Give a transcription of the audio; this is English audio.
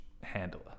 handler